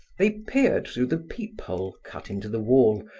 they peered through the peep-hole cut into the wall,